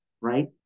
right